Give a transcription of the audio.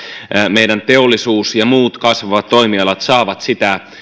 meidän teollisuus ja muut kasvavat toimialat saavat sitä